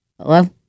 Hello